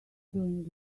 doing